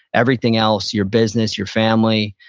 everything else, your business, your family,